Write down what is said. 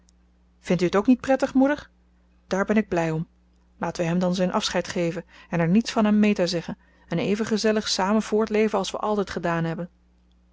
vindt u het ook niet prettig moeder daar ben ik blij om laten we hem dan zijn afscheid geven en er niets van aan meta zeggen en even gezellig samen voortleven als we altijd gedaan hebben